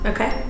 Okay